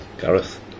Gareth